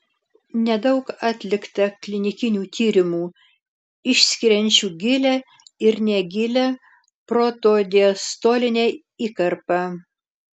nedaug atlikta klinikinių tyrimų išskiriančių gilią ir negilią protodiastolinę įkarpą